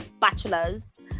bachelors